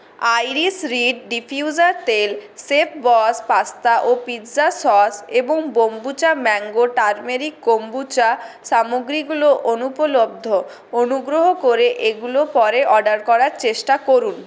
iris reed diffuser তেল chef boss pasta ও pizza sauce এবং বোম্বুচা ম্যাঙ্গো টারমেরিক কম্বুচা সামগ্রীগুলো অনুপলব্ধ অনুগ্রহ করে এগুলো পরে অর্ডার করার চেষ্টা করুন